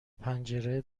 پنجره